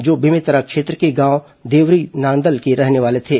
जो बेमेतरा क्षेत्र के गांव देवरी नांदल के रहने वाले थे